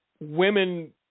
women